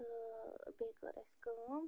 تہٕ بیٚیہِ کٔر اَسہِ کٲم